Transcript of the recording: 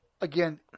again